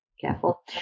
careful